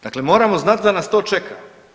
Dakle, moramo znat da nas to čeka.